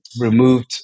removed